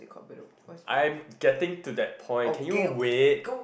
I'm getting to that point can you wait